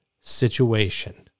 situation